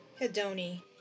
Hedoni